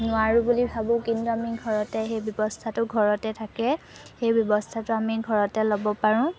নোৱাৰোঁ বুলি ভাবোঁ কিন্তু আমি ঘৰতে সেই ব্যৱস্থাটো ঘৰতে থাকে সেই ব্যৱস্থাটো আমি ঘৰতে ল'ব পাৰোঁ